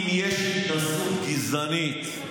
אם יש התנשאות גזענית,